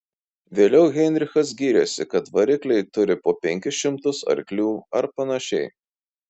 vėliau heinrichas gyrėsi kad varikliai turi po penkis šimtus arklių ar panašiai